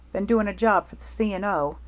been doing a job for the c. and o,